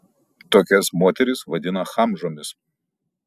tokias moteris vadina chamžomis